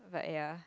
but ya